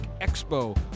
Expo